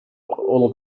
all